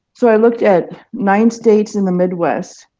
so i looked at nine states in the midwest,